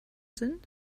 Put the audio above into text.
sind